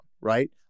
right